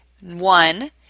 one